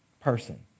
person